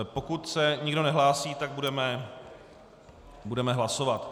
Pokud se nikdo nehlásí, tak budeme hlasovat.